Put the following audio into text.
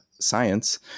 science